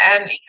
and-